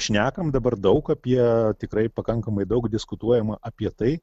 šnekam dabar daug apie tikrai pakankamai daug diskutuojama apie tai